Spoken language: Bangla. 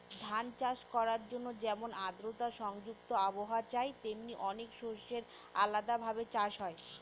ধান চাষ করার জন্যে যেমন আদ্রতা সংযুক্ত আবহাওয়া চাই, তেমনি অনেক শস্যের আলাদা ভাবে চাষ হয়